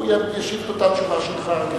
הוא ישיב את אותה תשובה שלך.